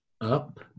up